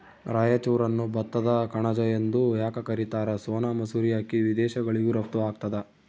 ರಾಯಚೂರನ್ನು ಭತ್ತದ ಕಣಜ ಎಂದು ಯಾಕ ಕರಿತಾರ? ಸೋನಾ ಮಸೂರಿ ಅಕ್ಕಿ ವಿದೇಶಗಳಿಗೂ ರಫ್ತು ಆಗ್ತದ